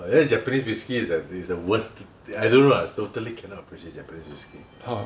and then Japanese whiskey is the worst I don't know lah totally cannot appreciate Japanese whiskey